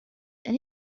and